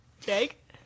Jake